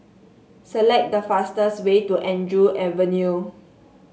select the fastest way to Andrew Avenue